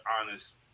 honest